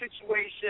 situation